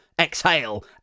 exhale